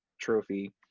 trophy